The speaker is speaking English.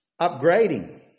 upgrading